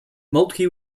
moltke